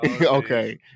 okay